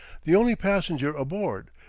the only passenger aboard,